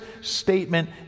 statement